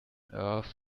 earth